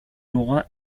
aura